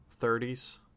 30s